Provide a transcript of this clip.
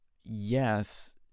yes